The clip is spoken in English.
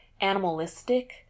animalistic